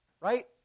right